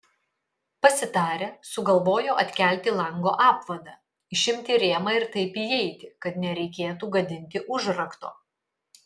pasitarę sugalvojo atkelti lango apvadą išimti rėmą ir taip įeiti kad nereikėtų gadinti užrakto